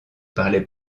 parlait